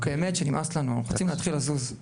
באמת שנמאס לנו, רוצים להתחיל לזוז.